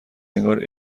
انگار